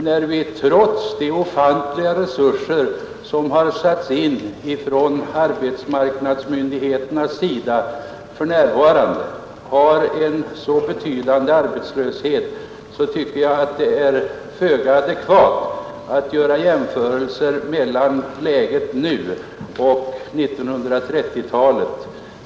När vi trots de ofantliga resurser som för närvarande satts in av arbetsmarknadsmyndigheterna har en så betydande arbetslöshet, tycker jag att det är föga adekvat att göra jämförelser mellan läget nu och på 1930-talet.